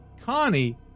Connie